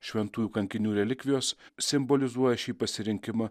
šventųjų kankinių relikvijos simbolizuoja šį pasirinkimą